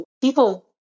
People